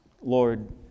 Lord